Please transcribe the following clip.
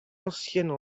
anciennes